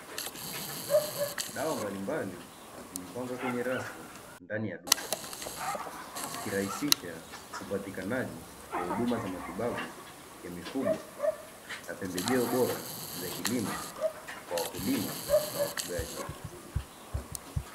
Dawa mbalimbali zimepangwa kwenye rafu ndani ya duka, zikirahisisha upatikanaji wa huduma za matibabu ya mifugo na pembejeo bora za kilimo kwa wakulima na wafugaji.